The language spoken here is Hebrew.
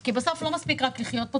כי בסוף לא מספיק רק לחיות פה,